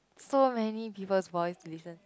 so many people's voice to listen